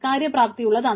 കാര്യ പ്രാപ്തിയുള്ളതാണ്